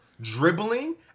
dribbling